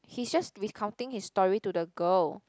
he's just recounting his story to the girl